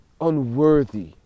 unworthy